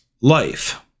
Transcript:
life